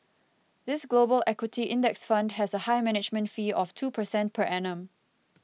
this Global equity index fund has a high management fee of two percent per annum